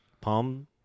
Palm